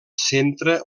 centre